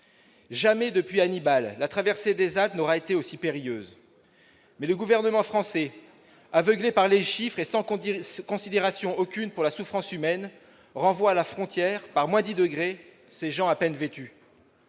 Jamais depuis Hannibal la traversée des Alpes n'aura été aussi périlleuse. Mais le Gouvernement français, aveuglé par les chiffres et sans considération aucune pour la souffrance humaine, ramène à la frontière, par moins 10 degrés, ces gens à peine vêtus.